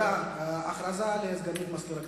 הודעה לסגנית מזכיר הכנסת.